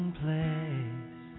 place